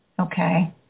okay